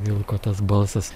vilko tas balsas